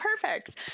perfect